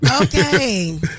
Okay